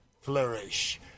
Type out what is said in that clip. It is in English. flourish